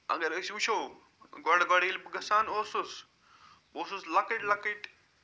اگر أسۍ وٕچھو گۄڈٕ گۄڈٕ ییٚلہِ بہٕ گَژھان اوسُس بہٕ اوسُس لۄکٕٹۍ لۄکٕٹۍ